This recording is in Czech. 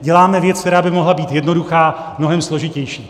Děláme věc, která by mohla být jednoduchá, mnohem složitější.